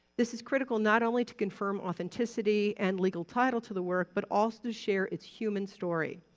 this is critical not only to confirm authenticity and legal title to the work, but also to share its human story.